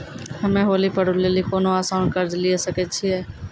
हम्मय होली पर्व लेली कोनो आसान कर्ज लिये सकय छियै?